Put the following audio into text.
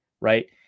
Right